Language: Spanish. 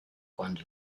cuando